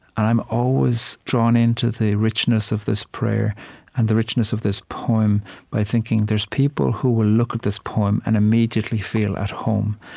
and i'm always drawn into the richness of this prayer and the richness of this poem by thinking, there's people who will look at this poem and immediately feel at home.